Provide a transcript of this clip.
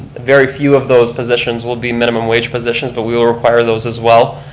very few of those positions will be minimum wage positions, but we will require those as well,